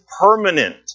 permanent